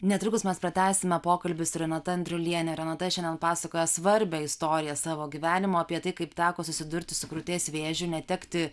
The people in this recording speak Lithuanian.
netrukus mes pratęsime pokalbį su renata andriuliene renata šiandien pasakoja svarbią istoriją savo gyvenimo apie tai kaip teko susidurti su krūties vėžiu netekti